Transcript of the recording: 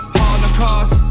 holocaust